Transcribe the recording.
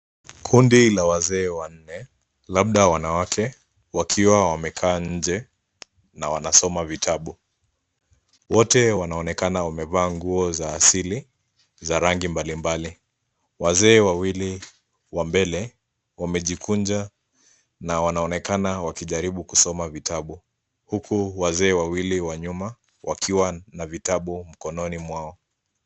Kundi la wazee wanne, labda wanawake, wakiwa wamekaa nje na wanasoma vitabu. Wote wanaonekana wamevaa nguo za asili za rangi mbalimbali. Wazee wawili wa mbele wamejikunja na wanaonekana wakijaribu kusoma vitabu, huku wazee wawili wa nyuma wakiwa na vitabu mkononi mwao.